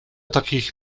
takich